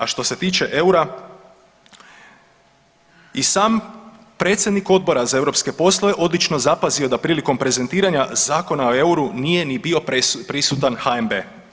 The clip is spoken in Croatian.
A što se tiče eura i sam predsjednik Odbora za europske poslove odlično zapazio da prilikom prezentiranja Zakona o euru nije ni bio prisutan HNB.